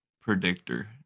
predictor